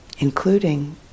Including